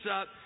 up